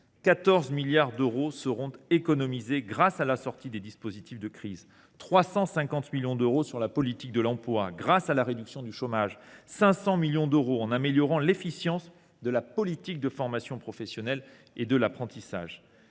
14 milliards d’euros seront économisés grâce à la sortie des dispositifs de crise, 350 millions d’euros le seront également sur la politique de l’emploi grâce à la réduction du chômage, 500 millions d’euros seront encore économisés en améliorant l’efficience de la politique de formation professionnelle et de l’apprentissage.